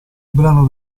brano